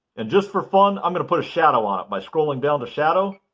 and just for fun i'm going to put a shadow on it by scrolling down to shadow